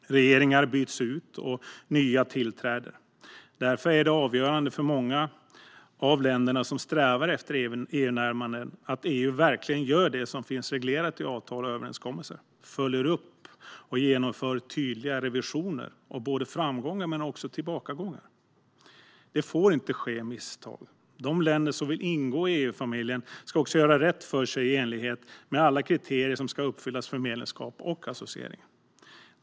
Regeringar byts ut, och nya tillträder. Därför är det avgörande för många av de länder som strävar efter EU-närmande att EU verkligen gör det som finns reglerat i avtal och överenskommelser - följer upp och genomför tydliga revisioner av såväl framgångar som tillbakagångar. Det får inte ske misstag. De länder som vill ingå i EU-familjen ska också göra rätt för sig i enlighet med alla kriterier som ska uppfyllas för medlemskap och associering.